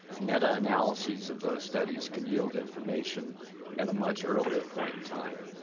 metanalysis of those studies can yield information at a much earlier point in time.